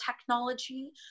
technology